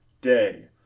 day